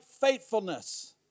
faithfulness